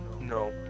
No